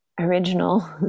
original-